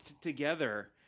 together